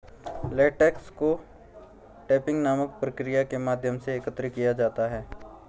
latex को tapping नामक प्रक्रिया के माध्यम से एकत्र किया जाता है